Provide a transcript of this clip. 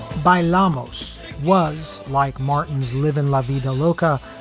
bailamos was like martyn's live in la vida loca,